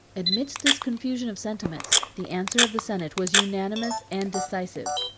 amidst this confusion of sentiments, the answer of the senate was unanimous and decisive.